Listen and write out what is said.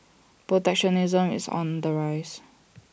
protectionism is on the rise